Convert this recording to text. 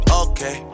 okay